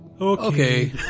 Okay